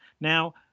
Now